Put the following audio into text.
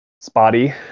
spotty